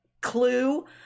clue